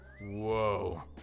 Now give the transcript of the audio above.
Whoa